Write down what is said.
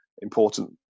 Important